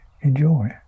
enjoy